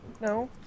No